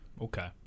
Okay